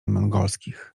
mongolskich